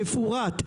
מפורט,